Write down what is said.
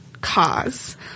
cause